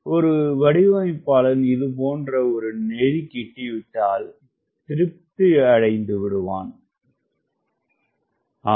ஒரு வடிவமைப்பாளன் இது போன்ற ஒரு நெறி கிட்டிவிட்டால் திருப்தியடைந்துவிடுவான்